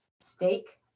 steak